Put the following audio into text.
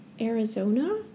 Arizona